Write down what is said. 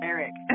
Eric